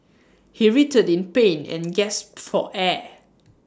he writhed in pain and gasped for air